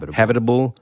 habitable